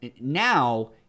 Now